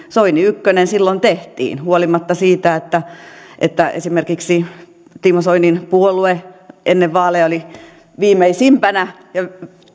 soini ykkönen silloin tehtiin huolimatta siitä että että esimerkiksi timo soinin puolue ennen vaaleja oli viimeisimpänä ja